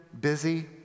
busy